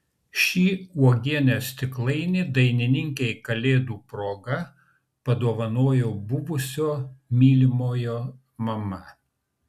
šį uogienės stiklainį dainininkei kalėdų proga padovanojo buvusio mylimojo mama